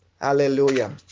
Hallelujah